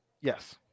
Yes